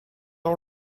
all